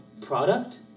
product